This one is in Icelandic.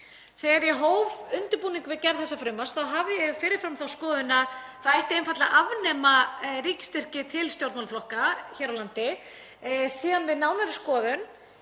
Þegar ég hóf undirbúning við gerð þessa frumvarps hafði ég fyrir fram þá skoðun að það ætti einfaldlega að afnema ríkisstyrki til stjórnmálaflokka hér á landi. Síðan við nánari skoðun,